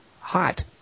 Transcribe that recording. hot